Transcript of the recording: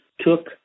took